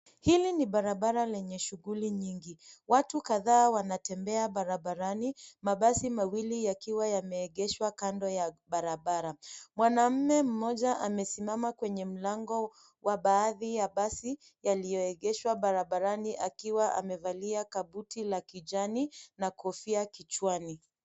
Hili ni barabara lenye shuguli nyingi. Watu kadhaa wanatembea barabarani, mabasi yakiwa yameegeshwa kando ya barabara. Mwanaume mmoja amesimama kwenye mlango wa baadhi ya basi yaliyoegeshwa barabarani akiwa amevalia kabuti la kijani na kofia kichwani.